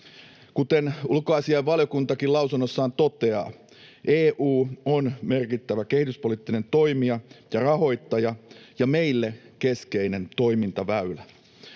Kuten ulkoasiainvaliokuntakin lausunnossaan toteaa, EU on merkittävä kehityspoliittinen toimija ja rahoittaja ja meille keskeinen toimintaväylä.